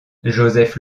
joseph